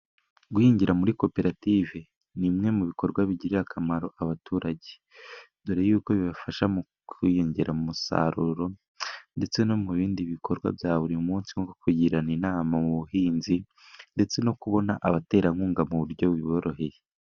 Guhingira muri koperative, ni bimwe mu bikorwa bigirira akamaro abaturage dore yuko bibafasha mu kwiyongera umusaruro, ndetse no mu bindi bikorwa bya buri munsi nko kugirana inama mu buhinzi, ndetse no kubona abaterankunga mu buryo buboroheye.